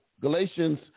Galatians